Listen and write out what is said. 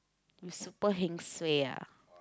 you super heng suay ah